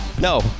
No